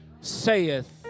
saith